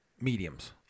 mediums